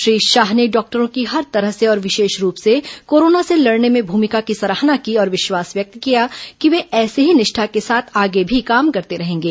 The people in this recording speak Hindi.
श्री शाह ने डॉक्टरों की हर तरह से और विशेष रूप से कोरोना से लड़ने में भूमिका की सराहना की और विश्वास व्यक्त किया कि वे ऐसी ही निष्ठा के साथ आगे भी काम करते रहेंगे